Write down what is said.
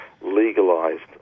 legalized